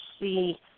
see